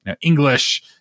English